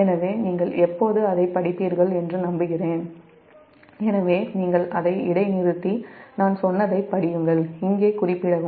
எனவே நீங்கள் எப்போது அதைப் படிப்பீர்கள் என்று நம்புகிறேன் எனவே நீங்கள் அதை இடைநிறுத்தி நான் சொன்னதைப் இங்கே குறிப்பிடவும்